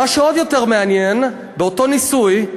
מה שעוד יותר מעניין הוא שבאותו ניסוי,